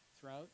throughout